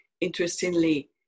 interestingly